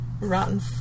rotten